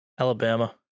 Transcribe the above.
Alabama